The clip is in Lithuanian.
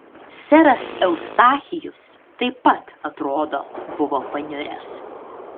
seras eustachijus taip pat atrodo buvo paniuręs